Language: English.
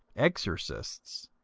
exorcists,